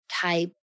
type